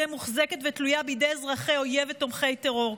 מוחזקת ותלויה בידי אזרחי אויב ותומכי טרור,